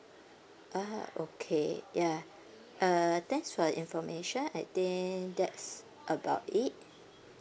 ah okay yeah err thanks for the information I think that's about it